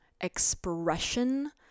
expression